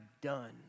done